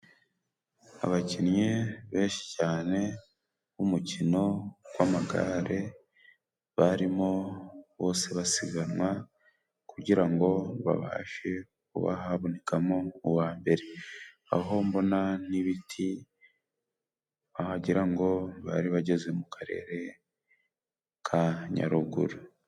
Abakinnyi benshi cyane b'umukino w'amagare, barimo bose basiganwa kugira ngo babashe kuba habonekamo uwa mbere. Aho mbona n'ibiti wagira ngo bari bageze mu karere ka Nyaruguru.